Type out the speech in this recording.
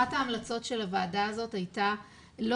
אחת ההמלצות של הוועדה הזאת הייתה לא